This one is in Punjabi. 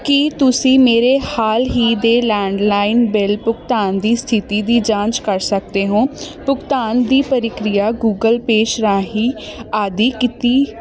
ਕੀ ਤੁਸੀਂ ਮੇਰੇ ਹਾਲ ਹੀ ਦੇ ਲੈਂਡਲਾਈਨ ਬਿੱਲ ਭੁਗਤਾਨ ਦੀ ਸਥਿਤੀ ਦੀ ਜਾਂਚ ਕਰ ਸਕਦੇ ਹੋੋ ਭੁਗਤਾਨ ਦੀ ਪ੍ਰਕਿਰਿਆ ਗੂਗਲ ਪੇਸ਼ ਰਾਹੀਂ ਆਦਿ ਕੀਤੀ